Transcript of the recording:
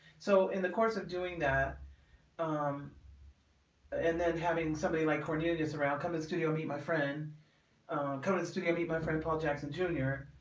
so in the course of doing that um and then having somebody like cornelius around come in studio meet my friend codes to go meet my friend paul jackson jr.